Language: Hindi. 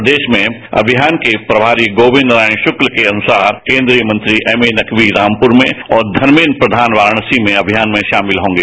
प्रदेश में अभियान के प्रमारी गोविंद नारायण श्क्ल के अनुसार केन्द्रीय मंत्री एमए नकवी रामपुर में और धर्मेन्द्र प्रधान वाराणसी में अभियान में शामिल होंगे